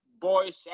boys